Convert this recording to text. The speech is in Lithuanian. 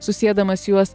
susiedamas juos